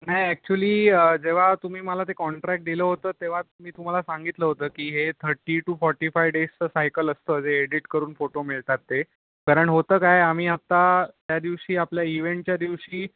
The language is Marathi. नाही अॅक्च्युली जेव्हा तुम्ही मला ते कॉन्ट्रॅक्ट दिलं होतं तेव्हाच मी तुम्हाला सांगितलं होतं की हे थर्टी टू फोर्टी फाय डेजचं सायकल असतं जे एडिट करून फोटो मिळतात ते कारण होतं काय आम्ही आता त्यादिवशी आपल्या इव्हेंटच्या दिवशी